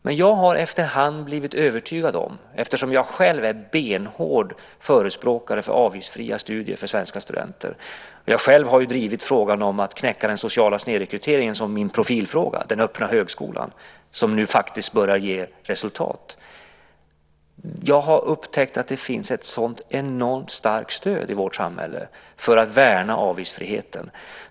Men jag har efterhand blivit övertygad eftersom jag själv är en benhård förespråkare för avgiftsfria studier för svenska studenter. Jag har själv drivit frågan om att knäcka den sociala snedrekryteringen som min profilfråga - den öppna högskolan - som nu faktiskt börjar ge resultat. Jag har upptäckt att det finns ett enormt starkt stöd i vårt samhälle för att värna avgiftsfriheten.